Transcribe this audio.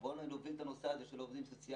בוא נוביל את הנושא הזה של העובדים הסוציאליים,